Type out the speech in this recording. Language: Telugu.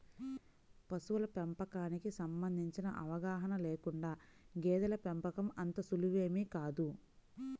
పశువుల పెంపకానికి సంబంధించిన అవగాహన లేకుండా గేదెల పెంపకం అంత సులువేమీ కాదు